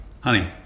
Honey